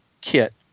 kit